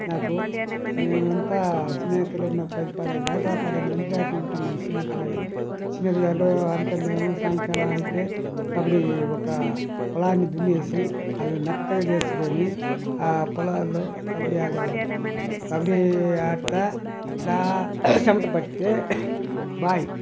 నాకు మేమంతా స్నేహితులం మేము పది పదిహేను దాకా పదిహేను మంది దాకా ఉంటాం మేము స్నేహితుగాళ్లు స్నేహితుగాళ్లు అంతా మేము సాయంకాలం అయితే కబడి ఒక పొలాన్ని దున్నేసి అది మెత్తగా చేసుకొని ఆ పొలాల్లో కబడి ఆడేవాళ్ళు కాబట్టి ఆడుతూ అలా చెమట పడితే బావి